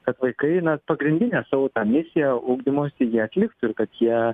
kad vaikai na pagrindinę savo misiją ugdymosi jie atliktų ir kad jie